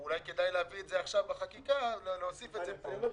אולי כדאי עכשיו להוסיף את זה פה בחקיקה?